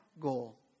goal